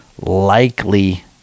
Likely